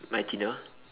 my dinner